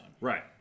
Right